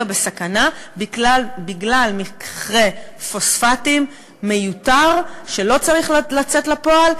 בסכנה בגלל מכרה פוספטים מיותר שלא צריך לצאת לפועל.